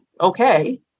okay